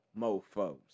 mofos